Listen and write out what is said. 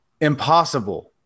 impossible